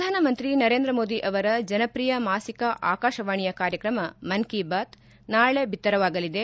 ಪ್ರಧಾನಮಂತ್ರಿ ನರೇಂದ್ರ ಮೋದಿ ಅವರ ಜನಪ್ರಿಯ ಮಾಸಿಕ ಆಕಾಶವಾಣಿಯ ಕಾರ್ಯತ್ರಮ ಮನ್ ಕಿ ಬಾತ್ ನಾಳೆ ಭಾನುವಾರ ಬಿತ್ತರವಾಗಲಿದೆ